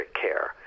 care